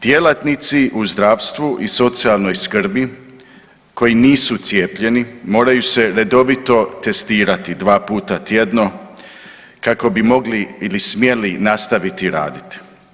Djelatnici u zdravstvu i socijalnoj skrbi koji nisu cijepljeni moraju se redovito testirati, 2 puta tjedno kako bi mogli ili smjeli nastaviti raditi.